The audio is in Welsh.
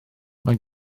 mae